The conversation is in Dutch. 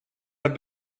het